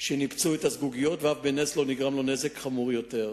שניפצו את הזגוגיות ורק בנס לא נגרם לו נזק חמור יותר.